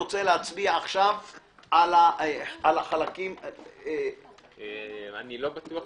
אני רוצה להצביע עכשיו על החלקים- - אני לא בטוח,